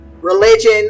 religion